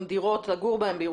דירות בהן אפשר יהיה לגור בירושלים.